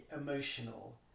emotional